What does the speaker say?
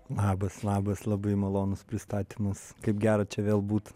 labas labas labai malonus pristatymas kaip gera čia vėl būt